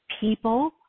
people